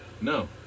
No